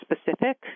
specific